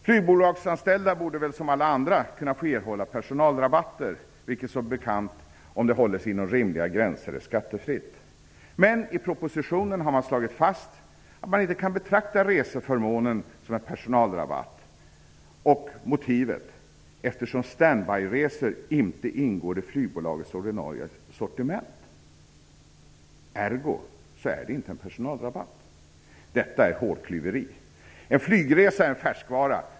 Flygbolagsanställda borde väl som alla andra kunna få erhålla personalrabatter, vilket som bekant är skattefritt om de håller sig inom rimliga gränser. Men i propositionen har man slagit fast att man inte kan betrakta reseförmånen som en personalrabatt. Motivet är att stand-by resor inte ingår i flygbolagets ordinarie sortiment. Ergo så är det ingen personalrabatt. Detta är hårklyveri. En flygresa är en färskvara.